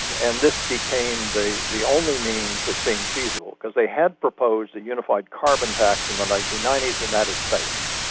and this became the only means that seemed feasible, because they had proposed a unified carbon tax in the nineteen ninety s and that had failed.